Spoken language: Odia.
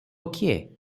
କିଏ